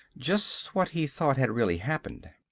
just what he thought had really happened.